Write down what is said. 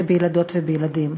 ובילדות ובילדים.